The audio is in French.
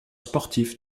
sportif